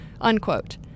unquote